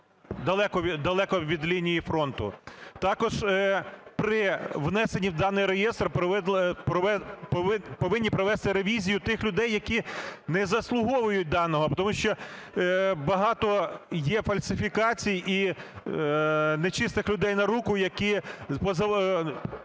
далеко від лінії фронту. Також при внесені у даний реєстр повинні провести ревізію тих людей, які не заслуговують даного. Тому що багато є фальсифікацій і нечистих людей на руку, які за